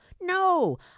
No